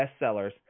bestsellers